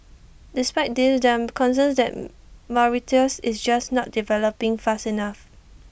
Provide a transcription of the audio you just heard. despite this there're concerns that Mauritius is just not developing fast enough